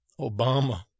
Obama